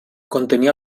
contenia